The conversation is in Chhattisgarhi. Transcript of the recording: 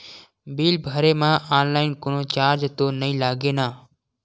बिल भरे मा ऑनलाइन कोनो चार्ज तो नई लागे ना?